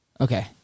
Okay